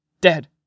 Dead